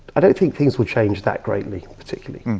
i don't think things will change that greatly particularly